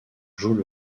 joue